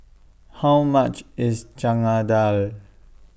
How much IS Chana Dal